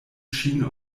ŝin